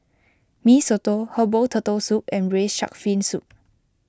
Mee Soto Herbal Turtle Soup and Braised Shark Fin Soup